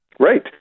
Right